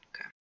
Okay